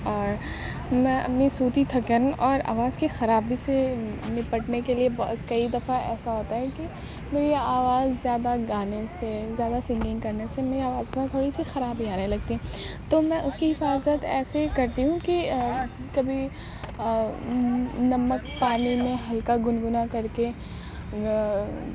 اور میں اپنی صوتی تھکن اور آواز کی خرابی سے نپٹنے کے لیے کئی دفعہ ایسا ہوتا ہے کہ میری آواز زیادہ گانے سے زیادہ سنگنگ کرنے سے میری آواز میں تھوڑی سی خرابی آنے لگتی ہے تو میں اس کی حفاظت ایسے کرتی ہوں کہ کبھی نمک پانی میں ہلکا گنگنا کر کے